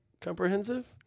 comprehensive